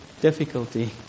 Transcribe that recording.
difficulty